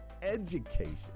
education